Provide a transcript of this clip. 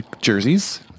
Jerseys